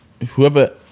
Whoever